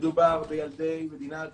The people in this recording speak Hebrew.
מדובר בילדי מדינת ישראל,